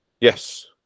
Yes